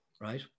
right